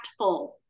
impactful